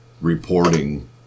reporting